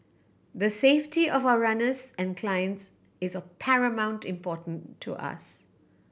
the safety of our runners and clients is of paramount importance to us